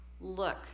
look